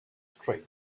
streak